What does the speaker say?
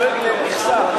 לפי ההיגיון שלך,